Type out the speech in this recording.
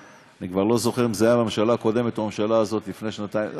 אני כבר לא זוכר אם זו הייתה הממשלה הקודמת או הממשלה הזאת לפני שנתיים.